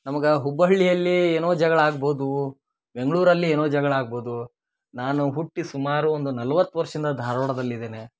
ನಮಗೆ ಹುಬ್ಬಳ್ಳಿಯಲ್ಲಿ ಏನೋ ಜಗಳ ಆಗ್ಬೋದು ಬೆಂಗ್ಳೂರಲ್ಲಿ ಏನೋ ಜಗಳ ಆಗ್ಬೋದು ನಾನು ಹುಟ್ಟಿ ಸುಮಾರು ಒಂದು ನಲವತ್ತು ವರ್ಷದಿಂದ ಧಾರ್ವಾಡದಲ್ಲಿದ್ದೇನೆ